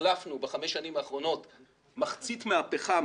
החלפנו בחמש השנים האחרונות מחצית מהפחם